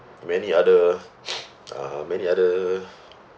many other uh many other